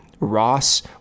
Ross